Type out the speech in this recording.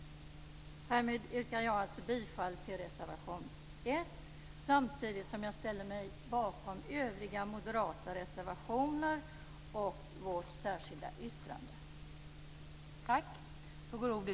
Härmed yrkar jag, som sagt, bifall till reservation 1, samtidigt som jag vill framhålla att jag står bakom övriga moderata reservationer och vårt särskilda yttrande.